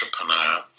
entrepreneur